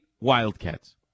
Wildcats